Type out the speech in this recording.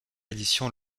édition